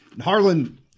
Harlan